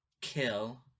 kill